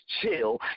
Chill